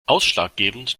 ausschlaggebend